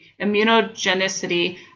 immunogenicity